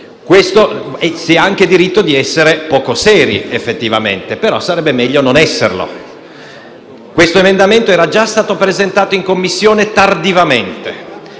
si ha anche diritto a essere poco seri, ma sarebbe meglio non esserlo. Questo emendamento era già stato presentato in Commissione tardivamente;